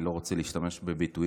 אני לא רוצה להשתמש בביטויים,